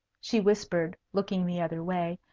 she whispered, looking the other way,